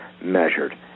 measured